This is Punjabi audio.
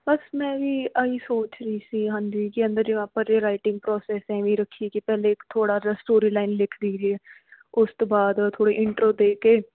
ਬਸ ਮੈਂ ਵੀ ਇਹੀ ਸੋਚ ਰਹੀ ਸੀ ਹਾਂਜੀ ਜੇ ਆਪਾਂ ਰਾਈਟਿੰਗ ਪ੍ਰੋਸੈਸ ਐਵੇਂ ਹੀ ਰੱਖੀਏ ਕਿ ਪਹਿਲੇ ਥੋੜ੍ਹਾ ਜਿਹਾ ਸਟੋਰੀ ਲਾਈਨ ਲਿਖ ਦੇਈਏ ਉਸ ਤੋਂ ਬਾਅਦ ਥੋੜ੍ਹੇ ਇੰਟਰੋ ਦੇ ਕੇ